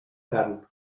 carn